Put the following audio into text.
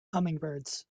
hummingbirds